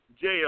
Jail